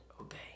obey